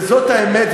וזאת האמת,